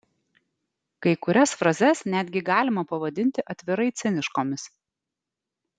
kai kurias frazes netgi galima pavadinti atvirai ciniškomis